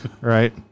right